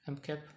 MCAP